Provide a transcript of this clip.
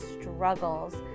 struggles